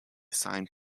signed